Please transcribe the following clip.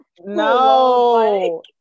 no